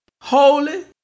holy